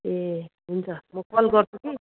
ए हुन्छ म कल गर्छु कि